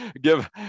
give